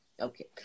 Okay